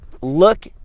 look